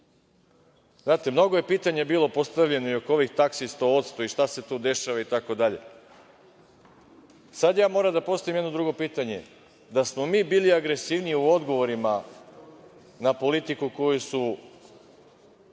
Srbije. Znate, mnogo je bilo pitanja postavljenih i oko ovih taksi 100% i šta se tu dešava, itd. Sad ja moram da postavim jedno drugo pitanje – da smo mi bili agresivniji u odgovorima na politiku koji su